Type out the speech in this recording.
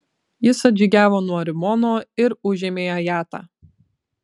jis atžygiavo nuo rimono ir užėmė ajatą